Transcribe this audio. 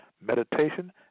meditation